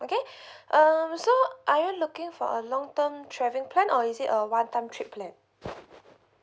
okay um so are you looking for a long term travel plan or is it a one time trip plan